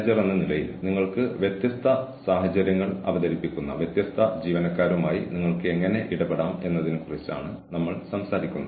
കൂടാതെ ഈ ക്ലാസിൽ ജോലി സാഹചര്യത്തിൽ ബുദ്ധിമുട്ടുള്ള ജീവനക്കാരെ നിങ്ങൾ എങ്ങനെ കൈകാര്യം ചെയ്യുന്നു എന്നതിനെക്കുറിച്ച് സംസാരിക്കും